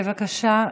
בבקשה,